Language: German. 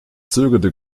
zögerte